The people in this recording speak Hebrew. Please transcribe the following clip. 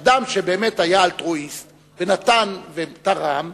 אדם שבאמת היה אלטרואיסט ונתן ותרם,